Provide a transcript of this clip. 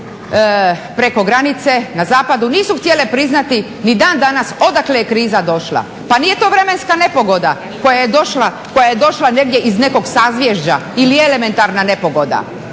preko granice na zapadu nisu htjele priznati ni dan danas odakle je kriza došla. Pa nije to vremenska nepogoda koja je došla negdje iz nekog sazviježđa ili elementarna nepogoda.